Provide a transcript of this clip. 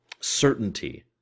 Certainty